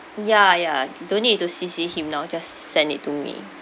ya ya you don't need to C_C him now just send it to me